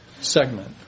segment